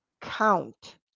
count